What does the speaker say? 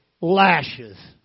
lashes